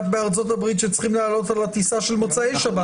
בארצות-הברית שצריכים לעלות על הטיסה של מוצאי שבת.